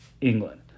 England